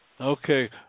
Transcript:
Okay